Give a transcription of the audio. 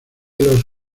los